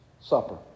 Supper